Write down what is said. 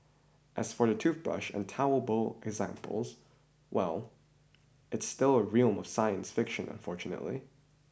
as for the toothbrush and toilet bowl examples well it's still in the realm of science fiction unfortunately